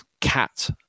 cat